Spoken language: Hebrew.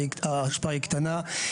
ההשפעה היא קטנה.